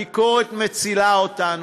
הביקורת מצילה אותנו.